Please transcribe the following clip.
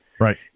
right